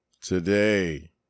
today